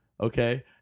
Okay